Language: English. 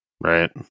right